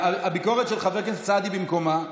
הביקורת של חבר הכנסת סעדי במקומה.